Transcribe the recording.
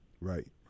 Right